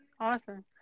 Awesome